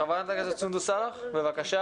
חברת הכנסת סונדוס סאלח בבקשה.